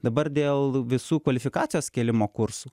dabar dėl visų kvalifikacijos kėlimo kursų